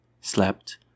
slept